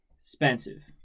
Expensive